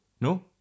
No